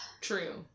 true